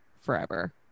forever